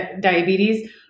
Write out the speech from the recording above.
diabetes